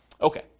Okay